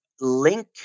link